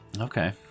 Okay